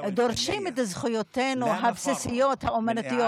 דורשים את זכויותינו הבסיסיות האומנותיות.